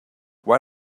why